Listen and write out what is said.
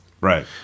Right